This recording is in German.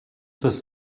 das